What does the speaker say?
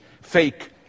fake